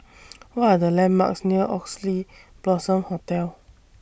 What Are The landmarks near Oxley Blossom Hotel